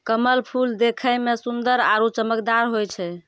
कमल फूल देखै मे सुन्दर आरु चमकदार होय छै